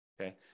okay